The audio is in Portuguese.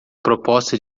proposta